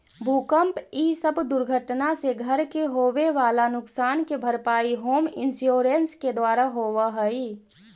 भूकंप इ सब दुर्घटना से घर के होवे वाला नुकसान के भरपाई होम इंश्योरेंस के द्वारा होवऽ हई